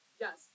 yes